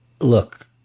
look